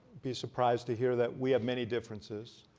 be surprised to hear that we have many differences.